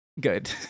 good